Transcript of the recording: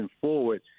forward